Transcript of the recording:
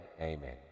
Amen